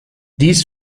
dies